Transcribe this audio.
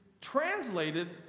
translated